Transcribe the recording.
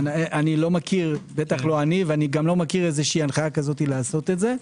איני מכיר לא אני ואני לא מכיר הנחיה לעשות זאת.